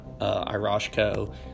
Iroshko